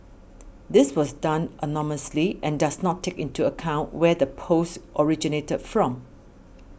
this was done anonymously and does not take into account where the post originated from